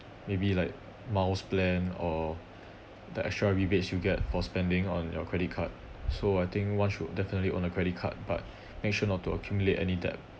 maybe like miles plan or the extra rebates you get for spending on your credit card so I think one should definitely own a credit card but make sure not to accumulate any debt